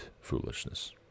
foolishness